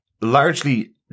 largely